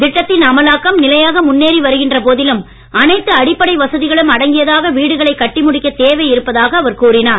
திட்டத்தின் அமலாக்கம் நிலையாக முன்னேறி வருகின்ற போதிலும் அனைத்து அடிப்படை வசதிகளும் அடங்கியதாக வீடுகளை கட்டி முடிக்க தேவை இருப்பதாக அவர் கூறினார்